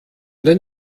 dein